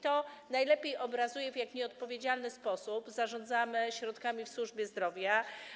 To najlepiej obrazuje, w jak nieodpowiedzialny sposób zarządzamy środkami w służbie zdrowia.